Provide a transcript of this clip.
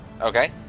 Okay